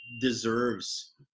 deserves